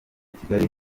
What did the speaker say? kigali